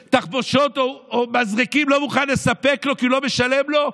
תחבושות או מזרקים לא מוכן לספק לו כי הוא לא משלם לו,